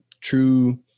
true